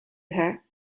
her